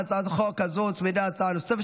להצעת חוק הזו הוצמדה הצעה נוספת,